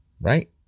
right